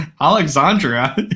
Alexandra